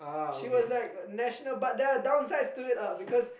she was like national but there are downsides to it ah because